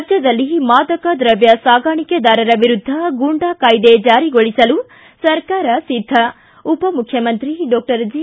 ರಾಜ್ಯದಲ್ಲಿ ಮಾದಕ ದ್ರವ್ಯ ಸಾಗಾಣಿಕೆದಾರರ ವಿರುದ್ದ ಗೂಂಡಾ ಕಾಯ್ದೆ ಜಾರಿಗೊಳಿಸಲು ಸರ್ಕಾರ ಸಿದ್ದ ಉಪಮುಖ್ಯಮಂತ್ರಿ ಡಾಕ್ಟರ್ ಜಿ